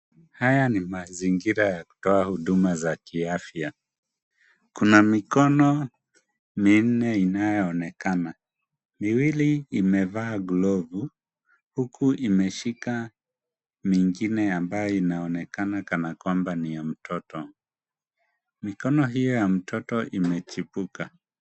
Haya ni mazingira ya kutoa huduma za kiafya. Kuna mikono minne inayoonekana miwili imevaa glovu huku imeshika mingine ambayo inaonekana kana kwamba ni ya mtoto. Mikono hiyo ya mtoto imechipuka.